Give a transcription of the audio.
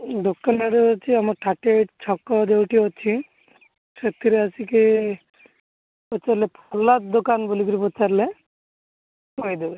ଦୋକାନ ରେ ହେଉଛି ଆମ ଥାର୍ଟି ଏଇଟ୍ ଛକ ଯୋଉଠି ଅଛି ସେଥିରେ ଆସିକି ପଚାରିଲେ ଦୋକାନ ବୋଲିକିରି ପଚାରିଲେ କହିଦେବେ